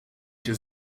się